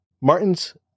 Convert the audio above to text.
Martin's